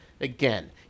Again